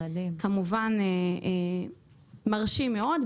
כמובן זה היה מרשים מאוד.